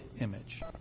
image